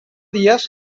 dies